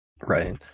Right